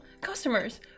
customers